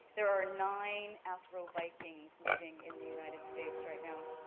there are nine afro-vikings living in the united states right now.